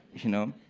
you know?